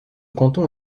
canton